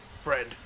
friend